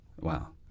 Wow